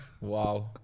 Wow